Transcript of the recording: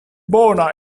bona